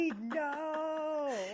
no